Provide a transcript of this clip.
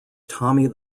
tommy